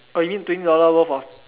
oh you mean twenty dollar worth of